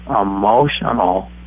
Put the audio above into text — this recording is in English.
emotional